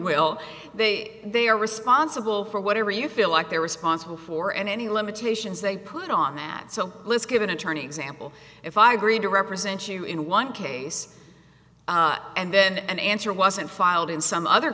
will they they are responsible for whatever you feel like they're responsible for and any limitations they put on that so let's give an attorney example if i agreed to represent you in one case and then an answer wasn't filed in some other